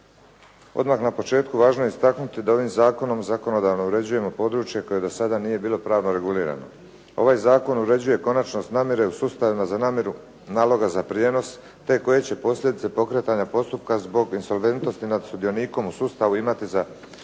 Odmah na početku važno je istaknuti da ovim zakonom zakonodavno uređujemo područje koje do sada nije bilo pravno regulirano. Ovaj zakon uređuje konačnost namjere u sustavima za namjeru naloga za prijenos te koje će posljedice pokretanja postupka zbog insolventnosti nad sudionikom u sustavu imati za njegova